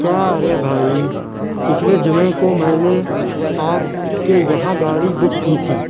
کیا ارے بھائی پچھلے جمعہ کو میں نے آپ کے یہاں گاڑی بک کی تھی